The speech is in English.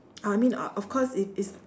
uh I mean uh of course it is